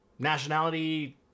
nationality